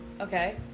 Okay